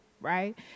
right